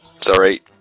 Sorry